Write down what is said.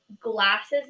glasses